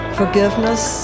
forgiveness